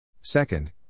Second